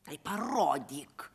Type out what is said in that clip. tai parodyk